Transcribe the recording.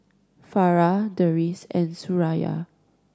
Farah Deris and Suraya